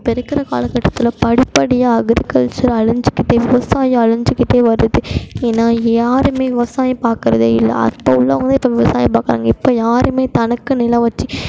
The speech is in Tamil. இப்போது இருக்கிற காலகட்டத்தில் படிப்படியாக அக்ரிகல்ச்சர் அழிஞ்சுகிட்டு விவசாயோம் அழிஞ்சுகிட்டு வருது ஏன்னா யாரும் விவசாயம் பாக்கிறதே இல்லை அப்போ உள்ளவங்களும் விவசாயம் பாக்கிறாங்க இப்போ யாரும் தனக்குன்னு நிலம் வச்சு